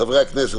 חברי הכנסת.